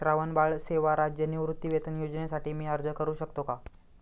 श्रावणबाळ सेवा राज्य निवृत्तीवेतन योजनेसाठी मी अर्ज करू शकतो का?